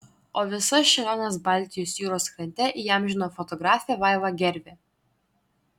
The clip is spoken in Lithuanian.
o visas šėliones baltijos jūros krante įamžino fotografė vaiva gervė